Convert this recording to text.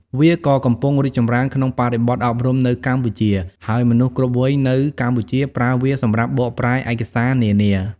វាក៏កំពុងរីកចម្រើនក្នុងបរិបទអប់រំនៅកម្ពុជា ហើយមនុស្សគ្រប់វ័យនៅកម្ពុជា ប្រើវាសម្រាប់បកប្រែឯកសារនានា។